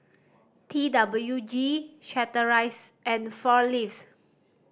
T W G Chateraise and Four Leaves